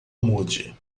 mude